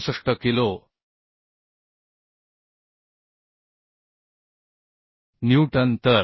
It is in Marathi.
67 किलो न्यूटन